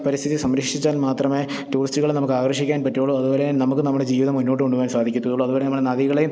പരിസ്ഥിതി സംരക്ഷിച്ചാൽ മാത്രമെ ടൂറിസ്റ്റുകളെ നമുക്ക് ആകർഷിക്കാൻ പറ്റുള്ളു അതുപോലെ നമുക്ക് നമ്മുടെ ജീവിതം മുന്നോട്ട് കൊണ്ടുപോവാൻ സാധിക്കത്തുള്ളു അതുപോലെ നമ്മളെ നദികളേയും